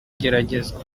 igeragezwa